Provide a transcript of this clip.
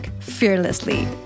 fearlessly